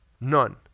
None